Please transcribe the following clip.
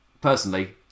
Personally